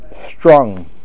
strong